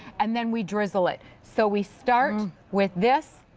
and then we drizzle it. so we start with this.